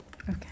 Okay